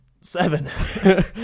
seven